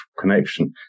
connection